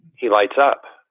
he lights up.